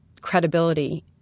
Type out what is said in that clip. credibility